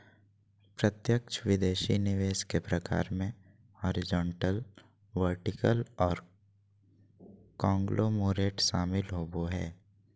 प्रत्यक्ष विदेशी निवेश के प्रकार मे हॉरिजॉन्टल, वर्टिकल आर कांगलोमोरेट शामिल होबो हय